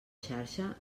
xarxa